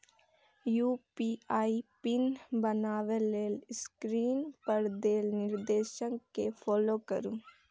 UPI pin बनबै लेल screen पर देल निर्देश कें फॉलो करू